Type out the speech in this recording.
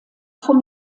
vom